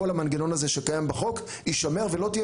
כל המנגנון הזה שקיים בחוק יישמר ולא תהיה